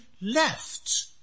left